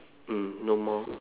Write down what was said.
mm no more